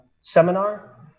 seminar